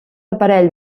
aparell